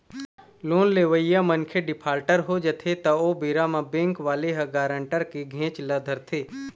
loan लेवइया मनखे defaulter हो जाथे त ओ बेरा म बेंक वाले ह गारंटर के घेंच ल धरथे